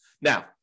Now